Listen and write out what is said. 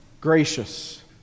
gracious